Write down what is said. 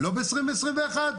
לא ב-2021,